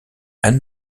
anne